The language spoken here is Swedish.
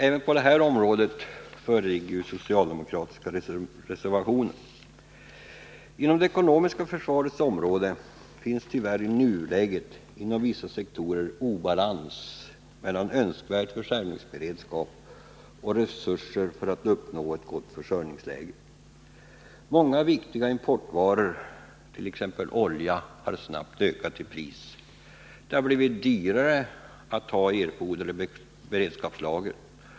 Även på detta område föreligger socialdemokratiska reservationer. På det ekonomiska försvarets område finns tyvärr i nuläget inom vissa sektorer obalans mellan önskvärd försörjningsberedskap och resurser för att uppnå ett gott försörjningsläge. Många viktiga importvaror, t.ex. olja. har snabbt ökat i pris. Det har blivit dyrare att ha erforderliga beredskapslager.